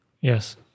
Yes